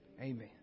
Amen